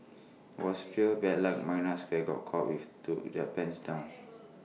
IT was pure bad luck marina square got caught with to their pants down